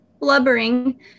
blubbering